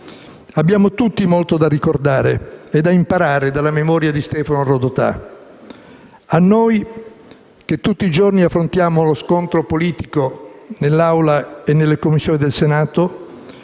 Abbiamo tutti molto da ricordare e da imparare dalla memoria di Stefano Rodotà. A noi che tutti i giorni affrontiamo lo scontro politico nell'Aula e nelle Commissioni del Senato,